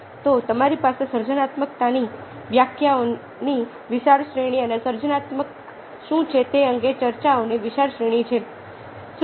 તો તમારી પાસે સર્જનાત્મકતાની વ્યાખ્યાઓની વિશાળ શ્રેણી અને સર્જનાત્મક શું છે તે અંગે ચર્ચાઓની વિશાળ શ્રેણી છે